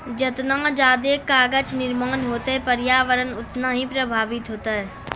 जतना जादे कागज निर्माण होतै प्रर्यावरण उतना ही प्रभाबित होतै